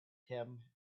him